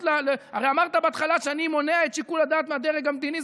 הרי אמרת בהתחלה שאני מונע את שיקול הדעת מהדרג המדיני,